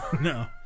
No